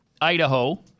Idaho